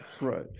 right